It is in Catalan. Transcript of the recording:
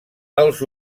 els